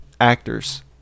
actors